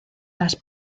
las